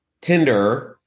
Tinder